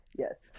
Yes